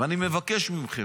תפסיק עם הרעל.